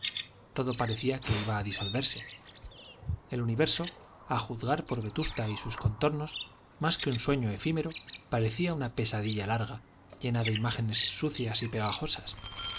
todo parecía que iba a disolverse el universo a juzgar por vetusta y sus contornos más que un sueño efímero parecía una pesadilla larga llena de imágenes sucias y pegajosas